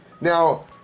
Now